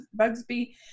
Bugsby